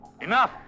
Enough